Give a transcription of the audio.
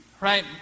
right